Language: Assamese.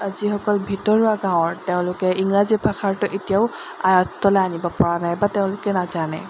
যিসকল ভিতৰুৱা গাঁৱৰ তেওঁলোকে ইংৰাজী ভাষাটো এতিয়াও আয়ত্তলৈ আনিবপৰা নাই বা তেওঁলোকে নাজানে